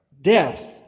death